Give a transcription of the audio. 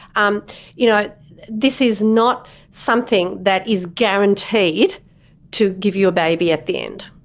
um you know this is not something that is guaranteed to give you a baby at the end.